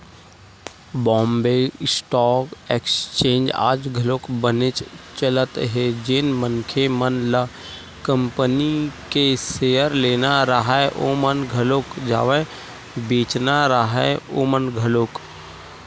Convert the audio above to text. Bombay stock exchange आज घलोक बनेच चलत हे जेन मनखे मन ल कंपनी के सेयर लेना राहय ओमन घलोक जावय बेंचना राहय ओमन घलोक